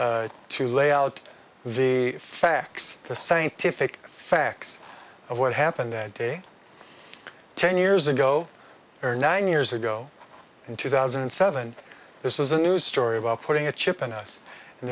to lay out the facts the scientific facts of what happened that day ten years ago or nine years ago in two thousand and seven this is a news story about putting a chip in us and